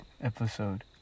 episode